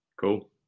cool